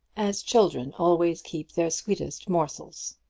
as children always keep their sweetest morsels.